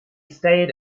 stayed